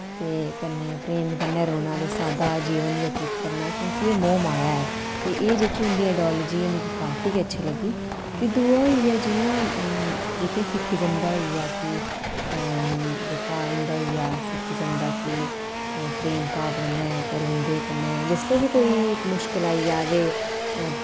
ते कन्नै प्रेम कन्नै रौह्ना ते सादा जीवन बतीत करना क्योंकि एह् मोह् माया ऐ ते एह् जेह्की उं'दी आइडियोलाजी ऐ मिकी काफी गै अच्छी लग्गी ते दूआ होई गेआ जि'यां जेह्की सिक्खिस्म दा होई गेआ कि जेह्का इं'दा होई गेआ सिक्खिस्म दा कि प्रेम भाव कन्नै रौंह्दे कन्नै जिसलै बी कोई मुश्कल आई जा ते